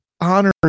honor